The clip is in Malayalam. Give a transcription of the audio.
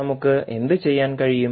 നമുക്ക് എന്ത് ചെയ്യാൻ കഴിയും